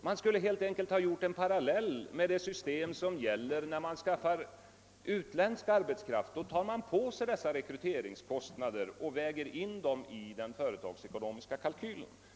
Man kan dra en parallell med rekryteringen av utländsk arbetskraft. I det fallet tar företaget på sig rekryteringskostnaderna och väger in dem i den företagsekonomiska kalkylen.